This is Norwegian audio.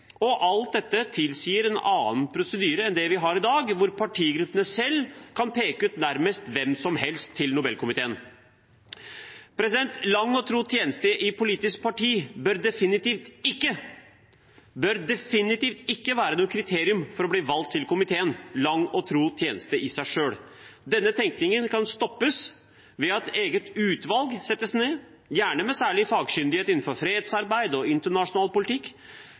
velges. Alt dette tilsier en annen prosedyre enn det vi har i dag, hvor partigruppene selv kan peke ut nærmest hvem som helst til Nobelkomiteen. Lang og tro tjeneste i et politisk parti bør definitivt ikke – bør definitivt ikke – være noe kriterium for å bli valgt til komiteen, altså lang og tro tjeneste i seg selv. Denne tenkningen kan stoppes ved at et eget utvalg settes ned – gjerne med særlig fagkyndighet innenfor fredsarbeid og internasjonal politikk,